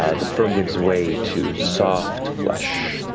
ah the fur gives away to soft flesh.